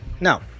now